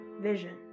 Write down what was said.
vision